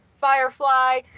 Firefly